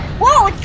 whoa!